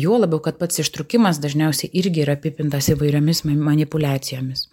juo labiau kad pats ištrūkimas dažniausiai irgi yra apipintas įvairiomis manipuliacijomis